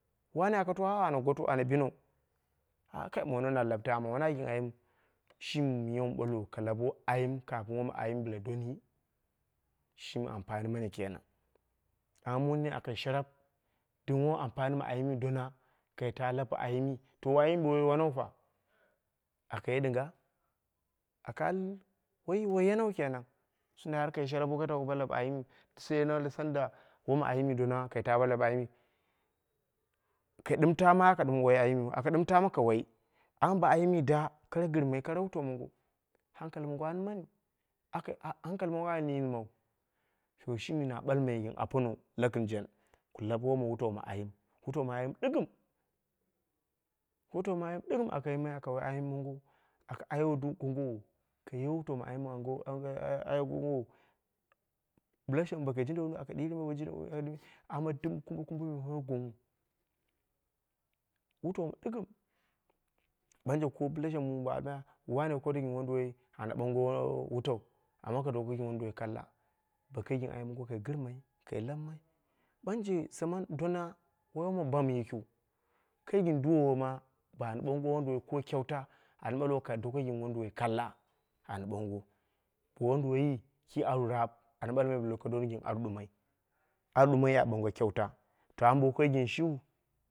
Wane aka to ah ana goto ana bino ah mono na lab taama woi na gɨn ayimu, shimi miya wun ɓalwo ka lab ayim kapin wom ayim bila donni, shimi ampani mani kenan amma muni aka sharap dɨm womu ampanii donna kai lab ayimi to ayimi bo woi waanau fa, aka ye dɨnga, aka al woiyi woi yenau kenan shimi har ka sharap wokai lab ayimu saina soinda woma ayimi donaa ka taa bo lab ayim, kai dɨm taama aka wai ayimu aka ɗɨm taama ka wai. Amma bo ayimi da, kara gɨrmai kai kara wutau mongo, hjankali mongo anmani, hankali mongo wani yilmau, to shimi na ɓalmai gɨn apono lakɨrjen ku lab woma wutau ma ayim wutau ma ayim dɨgɨm wutau ma ayim ɗɨgɨm aka yimai aka wai ayim mongo, aka aye du gongowo, kai ye wutau ma ayim ka aye gongo wo, bila shang bo kai jinda won aka dimai amma dɨm kumbo kumboi, me woi gwangnghu wutau ɗɨgɨm ɓanje ko bila shang kai su wane koɗi wonduwoi ana boongo wutau woko gɨn wanduwoi kalla, bo kai gɨn ayim mongo kai gɨmai kai lammai, ɓanje zaman dona woi woma bam yikiu, kai gɨm duwowo ma baan ɓoongo wonduwoi ko kyauta oni ɓalwo ka doko gɨn wonduwoi ki aru raap an ɓalmai bɨla ka donnu gɨn aru ɗomai, aru ɗumoi yi a ɓoongo kyauta, ammabo wokai gɨnshiu